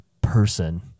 person